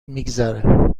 میگذره